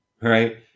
Right